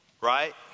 Right